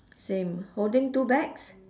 same holding two bags